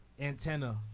antenna